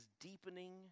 deepening